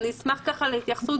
אני אשמח להתייחסות,